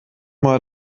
mal